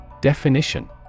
Definition